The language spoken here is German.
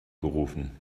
gerufen